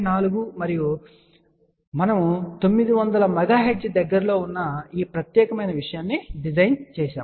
4 మరియు మనము 900 MHz దగ్గరలో ఈ ప్రత్యేకమైన విషయాన్ని డిజైన్ చేశాం